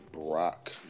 Brock